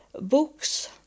books